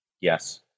Yes